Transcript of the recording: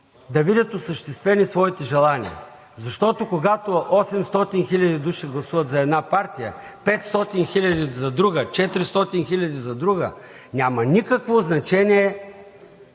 да видят осъществени своите желания. Защото, когато 800 хиляди души гласуват за една партия, 500 хиляди за друга, 400 хиляди за друга, няма никакво значение